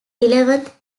eleventh